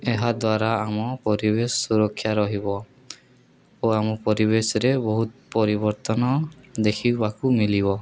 ଏହାଦ୍ୱାରା ଆମ ପରିବେଶ ସୁରକ୍ଷା ରହିବ ଓ ଆମ ପରିବେଶରେ ବହୁତ ପରିବର୍ତ୍ତନ ଦେଖିବାକୁ ମିଳିବ